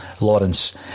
Lawrence